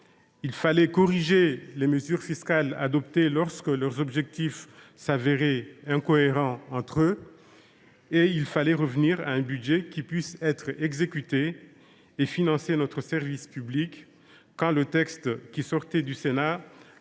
essentielles, corriger les mesures fiscales adoptées lorsque leurs objectifs s’avéraient incohérents entre eux, revenir à un budget qui puisse être exécuté et financer notre service public, quand le texte qui sortait du Sénat